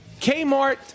Kmart